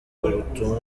ubutumwa